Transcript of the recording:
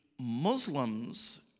Muslims